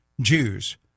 Jews